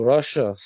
Russia